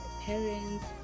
parents